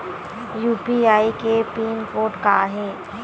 UPI के pin code का हे?